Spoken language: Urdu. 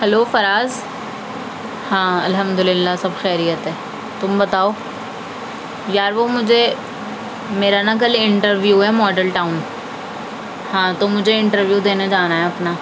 ہلو فراز ہاں الحمداللہ سب خیریت ہے تم بتاؤ یار وہ مجھے میرا نا کل انٹرویو ہے ماڈل ٹاؤن ہاں تو مجھے انٹرویو دینے جانا ہے مجھے اپنا